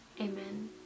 Amen